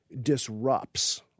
disrupts